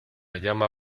llama